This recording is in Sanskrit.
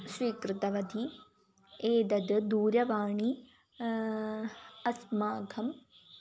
स्वीकृतवती एदद् दूरवाणी अस्माकम्